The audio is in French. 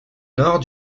nord